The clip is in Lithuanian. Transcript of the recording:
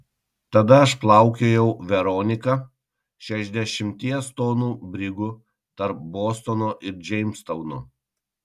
tada aš plaukiojau veronika šešiasdešimties tonų brigu tarp bostono ir džeimstauno